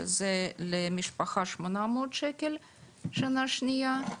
שזה, למשפחה: 800 שקל, שנה שנייה.